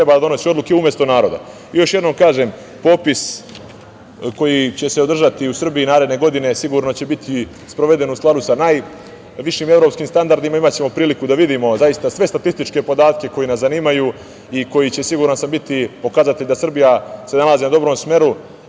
treba da donosi odluke umesto naroda. Još jednom kažem, popis koji će se održati u Srbiji naredne godine, sigurno će biti sproveden u skladu sa najvišim evropskim standardima. Imaćemo priliku da vidimo zaista sve statističke podatke koji nas zanimaju i koji će, siguran sam, biti pokazatelj da Srbija se nalazi na dobrom smeru. Ovde